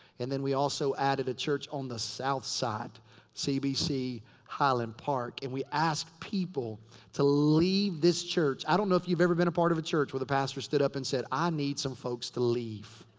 and then we also added a church on the south side cbc highland park. and we asked people to leave this church. i don't know if you've ever been a part of a church where the pastor stood up and said, i need some folks to leave.